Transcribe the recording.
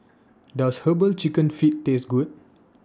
Does Herbal Chicken Feet Taste Good